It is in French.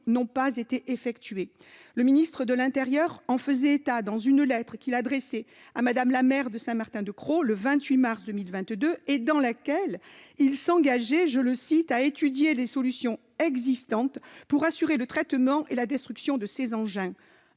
n'ont pas été effectués. Le ministre de l'intérieur en faisait état dans une lettre qu'il a adressée à Mme la maire de Saint-Martin-de-Crau le 28 mars 2022 et dans laquelle il s'engageait « à étudier les solutions existantes pour assurer le traitement et la destruction de ces engins